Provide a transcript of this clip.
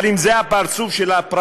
אבל אם זה הפרצוף של הפריימריז,